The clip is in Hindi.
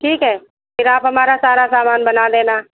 ठीक है फिर आप हमारा सारा सामान बना देना